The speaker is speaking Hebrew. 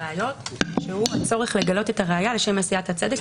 הראיות שהוא הצורך לגלות את הראייה לשם עשיית הצדק.